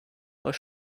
are